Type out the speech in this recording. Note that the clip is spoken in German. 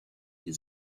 die